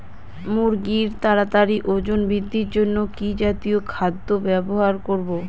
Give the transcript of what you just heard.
মুরগীর তাড়াতাড়ি ওজন বৃদ্ধির জন্য কি জাতীয় খাদ্য ব্যবহার করব?